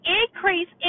increase